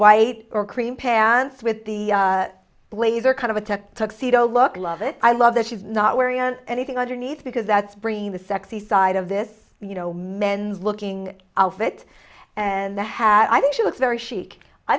white or cream pants with the blazer kind of a tuxedo look love it i love that she's not wearing anything underneath because that's bringing the sexy side of this you know men looking outfit and the hat i think she looks very chic i